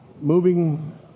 moving